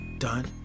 done